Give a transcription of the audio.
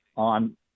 On